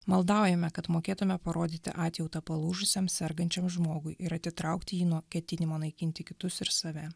maldaujame kad mokėtume parodyti atjautą palūžusiam sergančiam žmogui ir atitraukti jį nuo ketinimo naikinti kitus ir save